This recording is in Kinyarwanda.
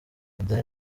adele